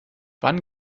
wann